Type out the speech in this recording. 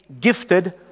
gifted